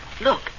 look